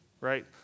right